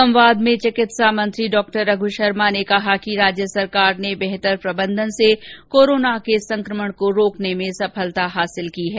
संवाद में चिकित्सा मंत्री डॉ रघ् शर्मा ने कहा कि राज्य सरकार ने बेहतर प्रबंधन से कोरोना के संक्रमण को रोकने में सफलता हासिल की है